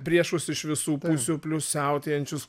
priešus iš visų pusių plius siautėjančius